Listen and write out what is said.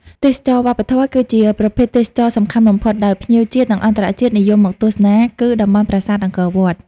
ទេសចរណ៍វប្បធម៌ គឺជាប្រភេទទេសចរសំខាន់បំផុត ដោយភ្ញៀវជាតិ និងអន្តរជាតិនិយមមកទស្សនា គឺតំបន់ប្រាសាទអង្គរ។